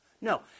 No